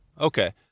Okay